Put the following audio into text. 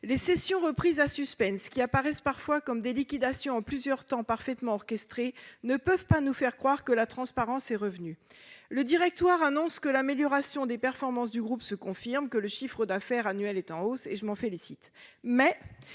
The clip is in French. Les cessions-reprises à suspense, qui apparaissent parfois comme des liquidations en plusieurs temps parfaitement orchestrées, ne peuvent pas nous faire croire que la transparence est revenue. Le directoire annonce que l'amélioration des performances du groupe se confirme et que le chiffre d'affaires annuel est en hausse ; je m'en félicite.